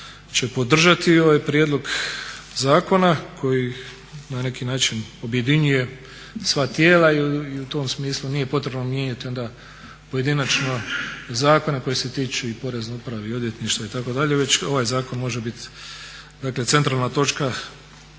će podržati ovaj prijedlog zakona koji na neki način objedinjuje sva tijela i u tom smislu nije potrebno mijenjati onda pojedinačno zakone koji se tiču i Porezne uprave i odvjetništva itd., već ovaj zakon može biti centralna točka